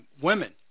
women